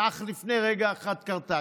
שאך לפני רגע קרתה.